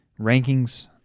rankings